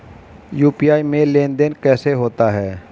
UPI में लेनदेन कैसे होता है?